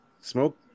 smoke